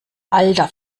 alter